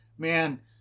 Man